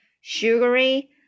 sugary